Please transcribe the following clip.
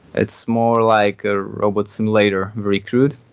it's more like a robot simulator, very crude.